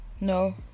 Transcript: No